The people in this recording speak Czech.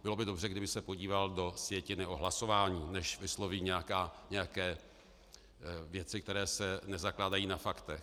Bylo by dobře, kdyby se podíval do sjetiny o hlasování, než vysloví nějaké věci, které se nezakládají na faktech.